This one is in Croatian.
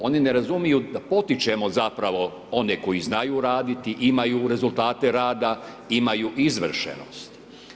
Oni ne razumiju da potičemo zapravo one koji znaju raditi, imaju rezultate rada, imaju izvršenost.